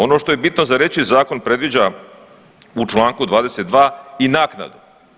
Ono što je bitno za reći zakon predviđa u Članku 22. i naknadu.